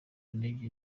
intege